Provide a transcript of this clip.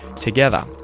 together